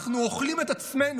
אנחנו אוכלים את עצמנו,